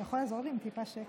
אתה יכול לעזור לי עם טיפה שקט?